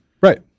Right